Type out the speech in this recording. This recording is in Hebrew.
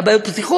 היו בעיות בטיחות,